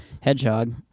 hedgehog